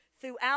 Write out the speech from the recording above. throughout